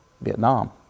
Vietnam